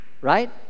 right